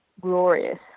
glorious